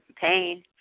pain